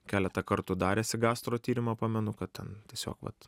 keletą kartų darėsi gastro tyrimą pamenu kad ten tiesiog vat